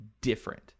different